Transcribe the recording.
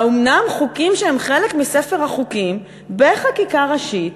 האומנם חוקים שהם חלק מספר החוקים בחקיקה ראשית,